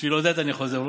בשביל עודד אני חוזר.